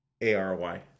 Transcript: A-R-Y